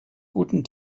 guten